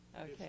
Okay